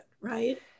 Right